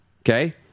okay